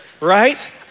right